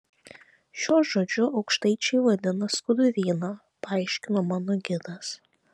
šiuo žodžiu aukštaičiai vadina skuduryną paaiškino mano gidas